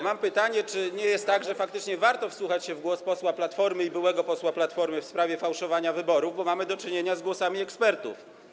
Mam pytanie, czy nie jest tak, że faktycznie warto wsłuchać się w głos posła Platformy i byłego posła Platformy w sprawie fałszowania wyborów, bo mamy do czynienia z głosami ekspertów.